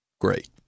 Great